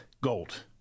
Gold